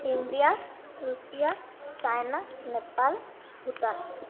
India Russia China Nepal Bhutan